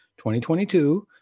2022